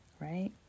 right